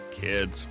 Kids